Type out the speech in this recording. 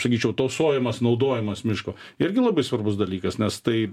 sakyčiau tausojimas naudojimas miško irgi labai svarbus dalykas nes tai